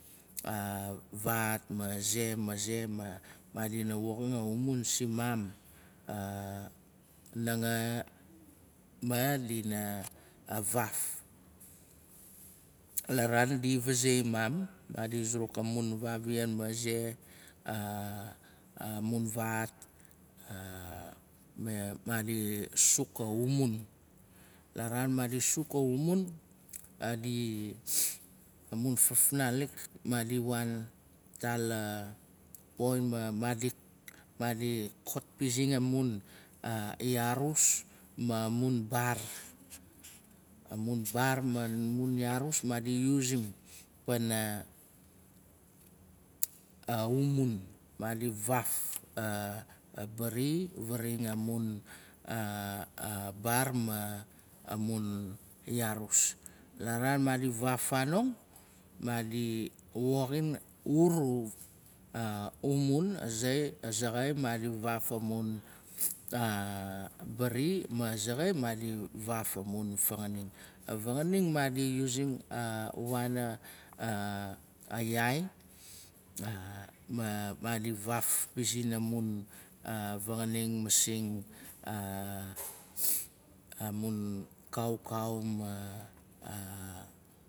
Vaat maze. maze. ma maadina woxin a umun simaam nanga ma dina vaaf. La raan di vazei maam. maadi zuruk amun vavian maze. amun vaat ma maadi suk aumun. La raan maadi suk aumun. amun fufnalik maadi waan atala poin ma maadi tok pizin amun yarusma mun baar. Amun baar ma yaarus maadi yusim pana umun. Maadi vaaf a bari faraxain amun bar ma amun yaarus. La raan maadi vaaf fanong. maadi woxin uru umun. Azaxai maadi vaaf amun bari. Ma axaxai maadi vaaf amun fanganing. A vanganing maadi yusim a waana yaai. ma maadi vaaf pizin amun fanganing sin amun kaukau ma.